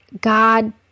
God